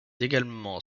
également